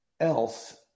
else